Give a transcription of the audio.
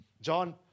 John